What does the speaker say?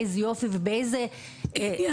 באיזה --- הניה,